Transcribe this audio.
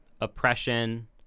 oppression